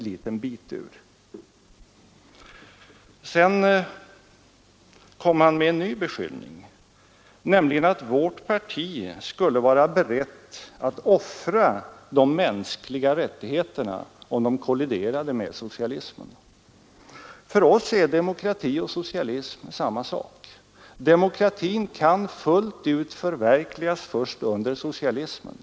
Därefter kom han med en ny beskyllning, nämligen att vårt parti skulle vara berett att offra de mänskliga rättigheterna om de kolliderade med socialismen. För oss är demokrati och socialism samma sak. Demokratin kan fullt ut förverkligas först under socialismen.